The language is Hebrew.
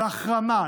אבל החרמה,